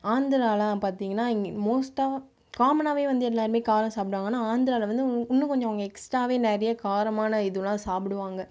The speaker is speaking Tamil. ஆந்திராலாம் பார்த்தீங்கன்னா இங்கே மோஸ்ட்டாக காமனாகவே வந்து எல்லாருமே காரம் சாப்பிடுவாங்க ஆனால் ஆந்திராவில் வந்து இன்னும் கொஞ்சம் அவங்க எக்ஸ்ட்ராவே நிறைய காரமான இதெல்லாம் சாப்பிடுவாங்க